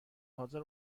حاضر